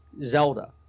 Zelda